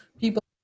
people